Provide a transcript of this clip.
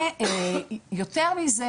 יותר מזה,